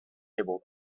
able